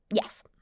Yes